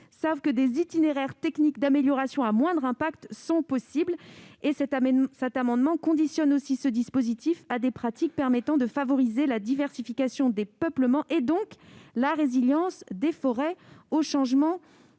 savent que des itinéraires techniques d'amélioration à moindre impact sont possibles. Il tend également à le conditionner à des pratiques permettant de favoriser la diversification des peuplements, et donc la résilience des forêts au changement